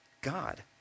God